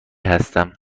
هستم